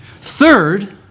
Third